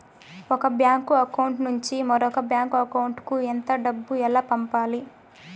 ఒక bank account నుంచి మరొక బ్యాంకు అకౌంట్ కు ఎంత డబ్బు ఎలా పంపాలి